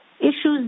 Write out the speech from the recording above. issues